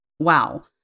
Wow